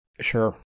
Sure